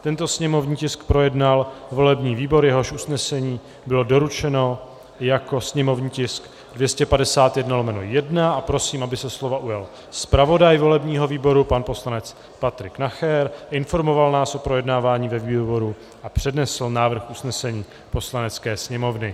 Tento sněmovní tisk projednal volební výbor, jehož usnesení bylo doručeno jako sněmovní tisk 251/1, a prosím, aby se slova ujal zpravodaj volebního výboru pan poslanec Patrik Nacher, informoval nás o projednávání ve výboru a přednesl návrh usnesení Poslanecké sněmovny.